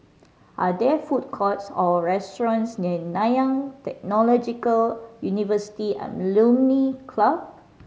are there food courts or restaurants near Nanyang Technological University Alumni Club